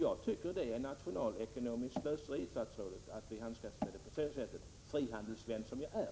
Jag tycker det är nationalekonomiskt slöseri, statsrådet, att handskas med detta på det här sättet, frihandelsvän som jag är.